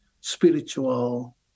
spiritual